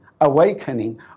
awakening